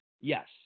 Yes